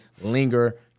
linger